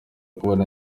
kubona